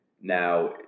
Now